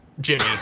Jimmy